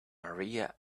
maria